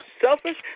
selfish